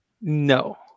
No